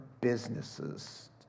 businesses